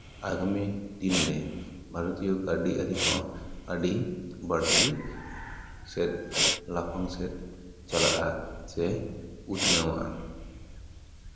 ᱟᱜᱟᱢᱤ ᱫᱤᱱ ᱨᱮ ᱵᱷᱟᱨᱚᱛᱤᱭᱚ ᱠᱟᱹᱣᱰᱤ ᱟᱹᱨᱤ ᱦᱚᱸ ᱟᱹᱰᱤ ᱵᱟᱹᱲᱛᱤ ᱥᱮᱫ ᱞᱟᱯᱷᱟᱝ ᱥᱮᱫ ᱪᱟᱞᱟᱜᱼᱟ ᱥᱮ ᱩᱛᱱᱟᱹᱣᱟ